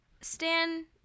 stan